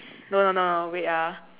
no no no no wait ah